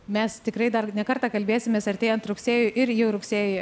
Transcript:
mes tikrai dar ne kartą kalbėsimės artėjant rugsėjui ir jau rugsėjį